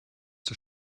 der